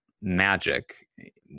magic